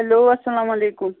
hello اَسلامُ علیکُم